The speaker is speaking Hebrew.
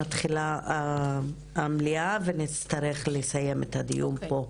מתחילה המליאה ונצטרך לסיים את הדיון פה.